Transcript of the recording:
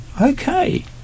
Okay